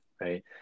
right